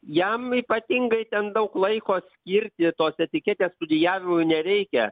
jam ypatingai ten daug laiko skirti tos etiketės studijavimui nereikia